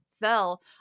fell